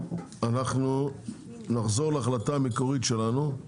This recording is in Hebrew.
אנחנו נחזור להחלטה המקורית שלנו,